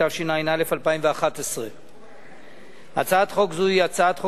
התשע"א 2011. הצעת חוק זו היא הצעת חוק